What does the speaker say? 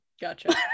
Gotcha